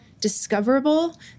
discoverable